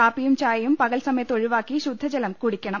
കാപ്പിയും ചായയും പകൽ സമയത്ത് ഒഴിവാക്കി ശുദ്ധ ജലം കുടിക്കണം